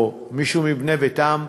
או מישהו מבני ביתם,